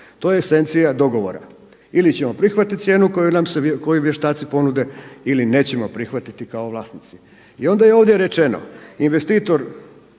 to je sencija dogovora. Ili ćemo prihvatiti cijenu koju vještaci ponude ili nećemo prihvatiti kao vlasnici. I onda je ovdje rečeno, investitor,